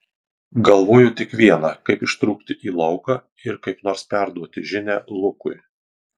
galvojo tik viena kaip ištrūkti į lauką ir kaip nors perduoti žinią lukui